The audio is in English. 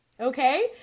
Okay